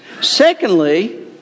Secondly